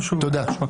תודה.